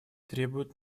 требуют